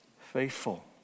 faithful